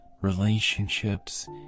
relationships